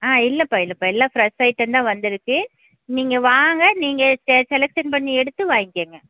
ஆ இல்லைப்பா இல்லைப்பா எல்லாம் ஃபிரெஷ் ஐட்டம் தான் வந்துருக்கு நீங்கள் வாங்க நீங்கள் செலக்சன் பண்ணி எடுத்து வாய்ங்கக்கோங்க